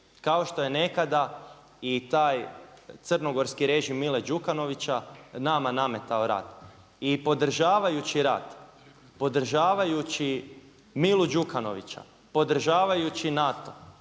kao što je nekada i taj crnogorski režim Mile Đukanovića nama nametao rat. I podržavajući rat, podržavajući Milu Đukanovića, podržavajući NATO